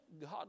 God